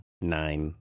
nine